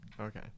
Okay